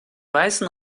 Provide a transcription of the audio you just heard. weißen